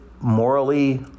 morally